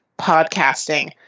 podcasting